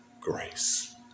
Grace